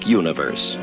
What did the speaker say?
universe